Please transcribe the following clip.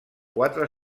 quatre